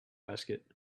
basket